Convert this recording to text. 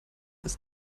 als